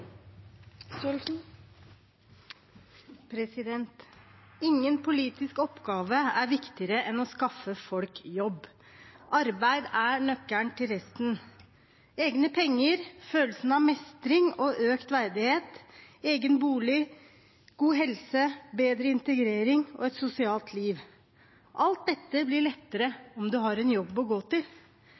nøkkelen til resten. Egne penger, følelsen av mestring og økt verdighet, egen bolig, god helse, bedre integrering og et sosialt liv – alt dette blir lettere om man har en jobb å gå til.